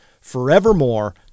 forevermore